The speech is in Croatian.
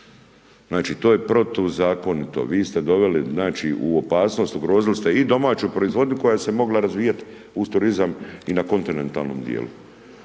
Znači to je protuzakonito. Vi ste doveli znači u opasnost, ugrozili ste i domaću proizvodnju koja se mogla razvijati uz turizam i na kontinentalnom dijelu